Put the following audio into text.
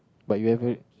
but you are very